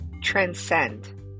Transcend